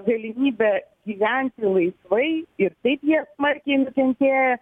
galimybę gyventi laisvai ir taip jie smarkiai nukentėję